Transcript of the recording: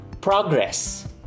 progress